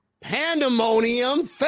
Pandemonium